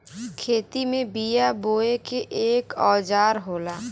खेती में बिया बोये के एक औजार होला